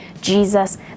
Jesus